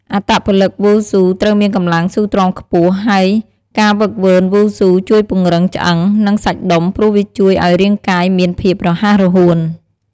អត្តពលិកវ៉ូស៊ូត្រូវមានកម្លាំងស៊ូទ្រាំខ្ពស់ ហើយការហ្វឹកហ្វឺនវ៉ូស៊ូជួយពង្រឹងឆ្អឹង និងសាច់ដុំព្រោះវាជួយឲ្យរាងកាយមានភាពរហ័សរហួន។